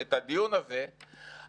את הדיון הזה,